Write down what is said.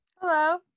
hello